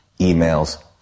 emails